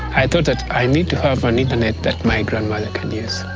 i thought that i need to have an internet that my grandmother can use.